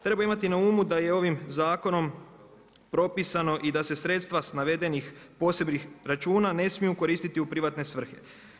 Treba imati na umu da je ovim zakonom, propisano i da se sredstva s navedenih posebnih računa ne smiju koristiti u privatne svrhe.